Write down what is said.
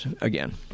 again